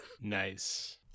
Nice